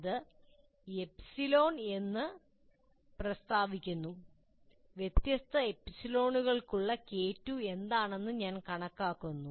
അത് എപ്സിലോൺ എന്ന് പ്രസ്താവിക്കുന്നു വ്യത്യസ്ത എപ്സിലോണുകൾക്കുള്ള K2 എന്താണെന്ന് ഞാൻ കണക്കാക്കുന്നു